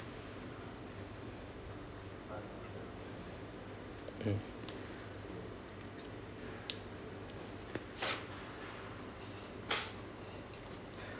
mm